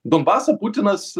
donbasą putinas